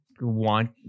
want